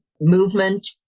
movement